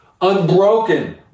unbroken